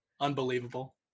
Unbelievable